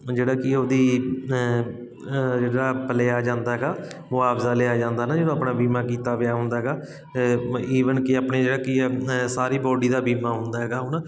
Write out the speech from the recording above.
ਜਿਹੜਾ ਕਿ ਉਹਦੀ ਜਿਹੜਾ ਆਪ ਲਿਆ ਜਾਂਦਾ ਗਾ ਮੁਆਵਜ਼ਾ ਲਿਆ ਜਾਂਦਾ ਨਾ ਜਦੋਂ ਆਪਣਾ ਬੀਮਾ ਕੀਤਾ ਵਿਆ ਹੁੰਦਾ ਹੈਗਾ ਈਵਨ ਕਿ ਆਪਣੇ ਜਿਹੜਾ ਕੀ ਆ ਸਾਰੀ ਬੋਡੀ ਦਾ ਬੀਮਾ ਹੁੰਦਾ ਹੈਗਾ ਹੁਣ